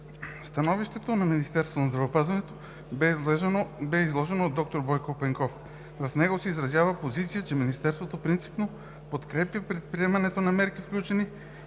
Становището на Министерството на здравеопазването бе изложено от доктор Бойко Пенков. В него се изразява позиция, че Министерството принципно подкрепя предприемането на мерки, включително